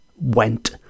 went